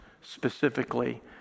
specifically